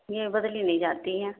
یہ بدلی نہیں جاتی ہیں